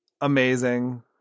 Amazing